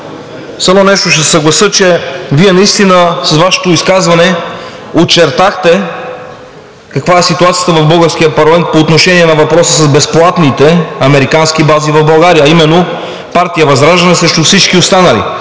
едно нещо ще се съглася, че Вие наистина с Вашето изказване очертахте каква е ситуацията в българския парламент по отношение на въпроса с безплатните американски бази в България, а именно – партия ВЪЗРАЖДАНЕ срещу всички останали.